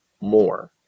more